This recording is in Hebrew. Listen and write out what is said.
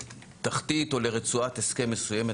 לתחתית או לרצועת הסכם מסוימת,